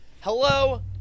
hello